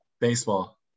Baseball